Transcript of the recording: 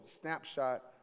snapshot